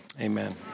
amen